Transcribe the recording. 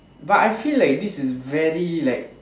but I feel like this is very like